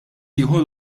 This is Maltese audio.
ieħor